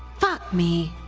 fuck me.